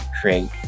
create